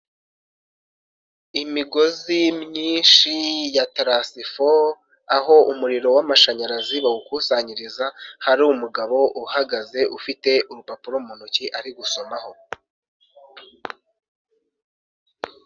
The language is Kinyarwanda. Imigozi myinshi ya tarasifo aho umuriro w'amashanyarazi bawukusanyiriza. Hari umugabo uhagaze ufite urupapuro mu ntoki ari gusomaho.